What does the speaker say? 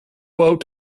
out